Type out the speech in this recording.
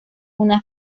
una